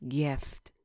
gift